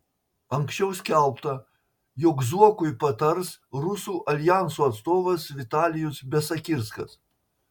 anksčiau skelbta jog zuokui patars rusų aljanso atstovas vitalijus besakirskas